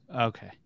Okay